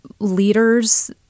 leaders